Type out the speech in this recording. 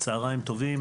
צהריים טובים,